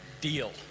deal